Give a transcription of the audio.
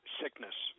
sickness